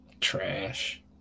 Trash